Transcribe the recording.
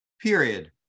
period